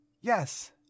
Yes